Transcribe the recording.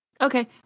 Okay